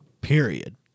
period